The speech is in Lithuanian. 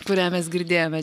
kurią mes girdėjome